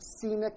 scenic